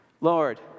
Lord